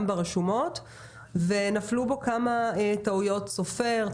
ברשומות ונפלו בו כמה טעויות סופר,